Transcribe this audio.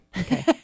Okay